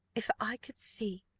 if i could see,